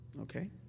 Okay